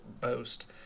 boast